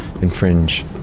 infringe